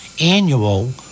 annual